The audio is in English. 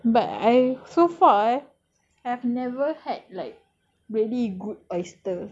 but I so far eh I have never had like really good oyster